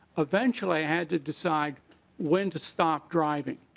eventually i had to decide when to stop driving.